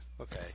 Okay